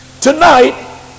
tonight